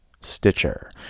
Stitcher